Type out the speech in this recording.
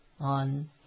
On